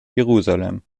jerusalem